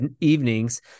evenings